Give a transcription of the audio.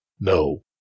No